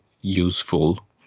useful